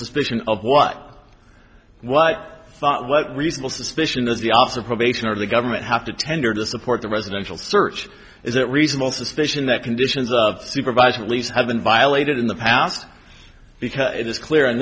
suspicion of what what what reasonable suspicion is the office of probation or the government have to tender to support the residential search is that reasonable suspicion that conditions of supervised release have been violated in the past because it is clear